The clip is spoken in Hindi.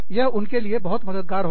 यह उनके लिए बहुत मददगार होगा